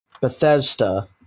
Bethesda